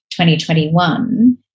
2021